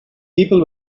people